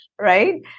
Right